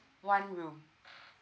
one room